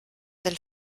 del